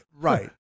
Right